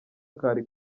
kari